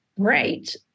great